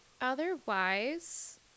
Otherwise